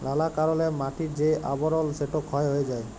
লালা কারলে মাটির যে আবরল সেট ক্ষয় হঁয়ে যায়